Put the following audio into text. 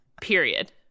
Period